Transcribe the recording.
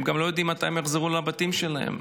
הם גם לא יודעים מתי הם יחזרו לבתים שלהם.